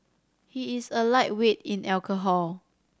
he is a lightweight in alcohol